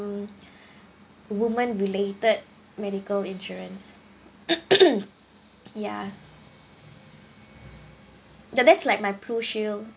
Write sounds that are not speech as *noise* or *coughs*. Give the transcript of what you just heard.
women related medical insurance *coughs* ya ya that's like my pro shield